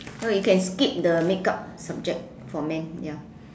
no you can skip the makeup subject for men ya